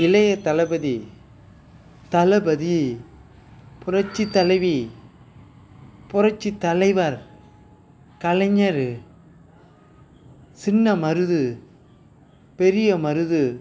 இளைய தளபதி தளபதி புரட்சித் தலைவி புரட்சித் தலைவர் கலைஞர் சின்ன மருது பெரிய மருது